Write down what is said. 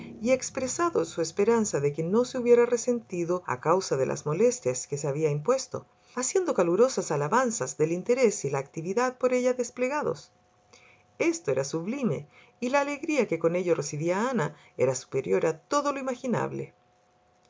y expresado su esperanza de que no se hubiera resentido a causa de las molestias que se había impuesto haciendo calurosas alabanzas del interés y la actividad por ella desplegados esto era sublime y la alegría que con ello recibía ana era superior a todo lo imaginable